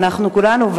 אנחנו כולנו,